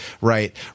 right